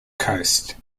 coast